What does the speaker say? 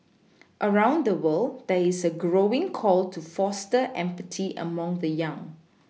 around the world there is a growing call to foster empathy among the young